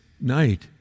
night